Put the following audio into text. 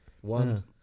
One